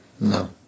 No